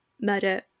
murder